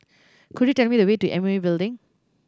could you tell me the way to M O E Building